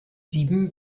sieben